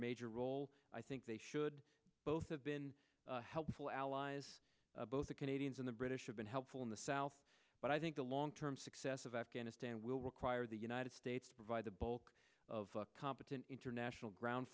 major role i think they should both have been helpful allies both the canadians and the british have been helpful in the south but i think the long term success of afghanistan will require the united states provide the bulk of competent international ground